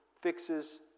fixes